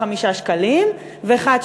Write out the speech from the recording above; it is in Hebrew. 5 שקלים ו-1,